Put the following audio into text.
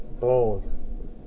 Bold